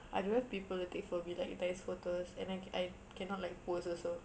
I don't have people to take for me like nice photos and I I cannot like pose also